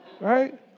right